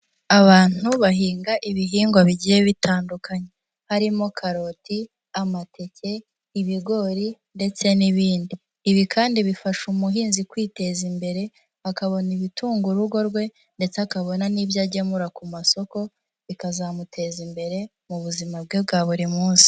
Abantu bahinga ibihingwa bigiye bitandukanye. Harimo karoti, amateke, ibigori ndetse n'ibindi. Ibi kandi bifasha umuhinzi kwiteza imbere, akabona ibitunga urugo rwe, ndetse akabona n'ibyo agemura ku masoko, bikazamuteza imbere mu buzima bwe bwa buri munsi.